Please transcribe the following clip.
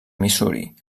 missouri